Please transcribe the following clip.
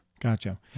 Gotcha